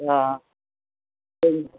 ஆ சரி